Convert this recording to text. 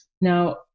Now